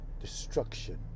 Destruction